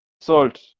salt